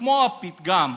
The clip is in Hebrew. כמו הפתגם: